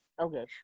okay